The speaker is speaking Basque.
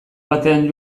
batean